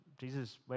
Jesus